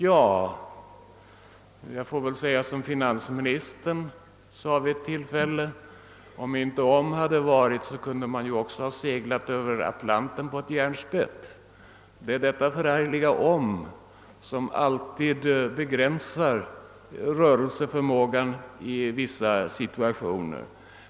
Ja, jag får väl säga som finansministern sade vid ett tillfälle, att om inte om hade varit, hade man kunnat segla över Atlanten på ett järnspett. Det är detta förargliga »om» som begränsar rörelseförmågan i vissa situationer.